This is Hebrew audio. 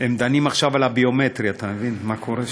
הם דנים עכשיו בביומטרי, אתה מבין מה קורה שם?